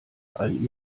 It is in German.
all